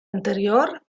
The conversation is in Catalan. anterior